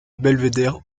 belvédère